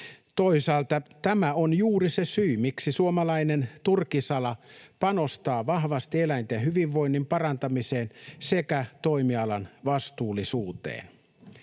Toisaalta tämä on juuri se syy, miksi suomalainen turkisala panostaa vahvasti eläinten hyvinvoinnin parantamiseen sekä toimialan vastuullisuuteen.